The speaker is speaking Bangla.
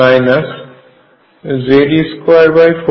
E